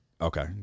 Okay